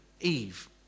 Eve